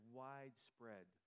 widespread